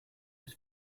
was